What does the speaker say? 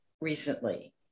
recently